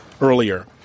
earlier